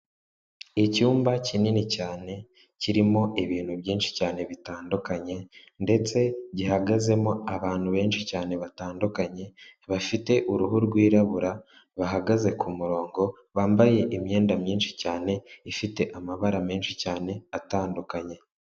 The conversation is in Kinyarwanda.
Icyumba kinini cyane kirimo ibintu byinshi cyane bitandukanye ndetse gihagazemo abantu benshi cyane batandukanye, bafite uruhu rwirabura bahagaze kumurongo, bambaye imyenda myinshi cyane ifite amabara menshi cyane atandukanye.